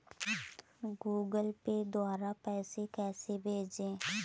Google Pay द्वारा पैसे कैसे भेजें?